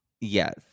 Yes